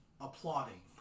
applauding